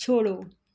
छोड़ो